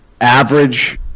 average